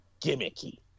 gimmicky